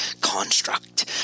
construct